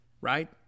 right